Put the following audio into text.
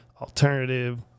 alternative